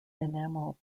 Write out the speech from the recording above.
enamel